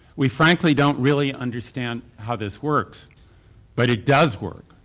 we frankly don't really understand how this works but it does work,